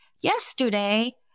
Yesterday